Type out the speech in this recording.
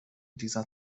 dieser